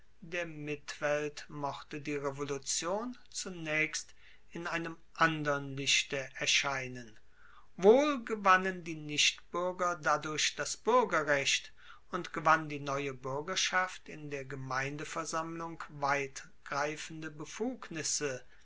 der mitwelt mochte die revolution zunaechst in einem andern lichte erscheinen wohl gewannen die nichtbuerger dadurch das buergerrecht und gewann die neue buergerschaft in der gemeindeversammlung weitgreifende befugnisse